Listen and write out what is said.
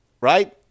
right